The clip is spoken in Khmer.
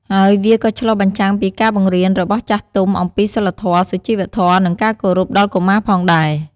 ហើយវាក៏ឆ្លុះបញ្ចាំងពីការបង្រៀនរបស់ចាស់ទុំអំពីសីលធម៌ សុជីវធម៌ និងការគោរព ដល់កុមារផងដែរ។